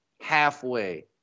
halfway